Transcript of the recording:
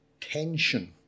tension